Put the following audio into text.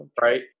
right